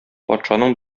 патшаның